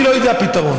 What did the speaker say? אני לא יודע מה הפתרון,